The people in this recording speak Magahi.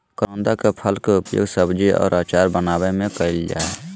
करोंदा के फल के उपयोग सब्जी और अचार बनावय में कइल जा हइ